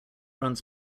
runs